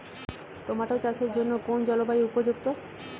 Tomato চাষের জন্য কোন জলবায়ু উপযুক্ত?